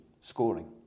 scoring